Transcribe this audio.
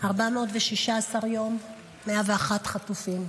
416 יום, 101 חטופים.